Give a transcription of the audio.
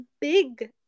big